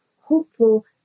hopeful